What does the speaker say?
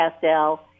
Castell